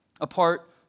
apart